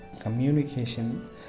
communication